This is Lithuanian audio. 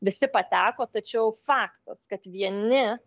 visi pateko tačiau faktas kad vieni